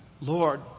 Lord